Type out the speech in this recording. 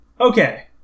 Okay